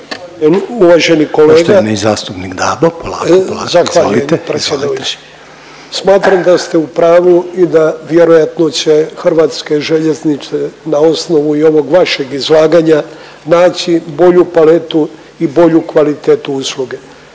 predsjedavajući. Smatram da ste u pravu i da vjerojatno će HŽ na osnovu i ovog vašeg izlaganja naći bolju paletu i bolju kvalitetu usluge.